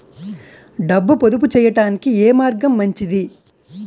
డబ్బు పొదుపు చేయటానికి ఏ మార్గం మంచిది?